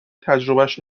تجربهاش